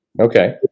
Okay